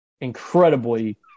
incredibly